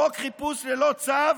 חוק חיפוש ללא צו?